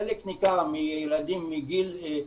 חלק ניכר מהילדים מגיל 6,